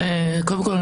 קודם כל,